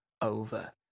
over